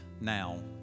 now